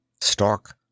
Stark